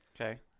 Okay